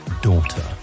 daughter